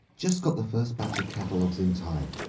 just got the first batch of catalogues in time.